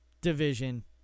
Division